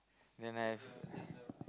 then have